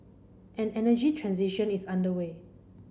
an energy transition is underway